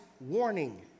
warning